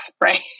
right